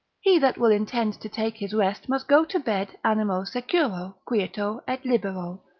he that will intend to take his rest must go to bed animo securo, quieto et libero,